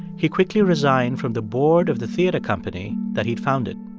he quickly resigned from the board of the theater company that he'd founded.